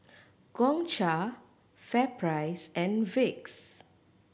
Gongcha FairPrice and Vicks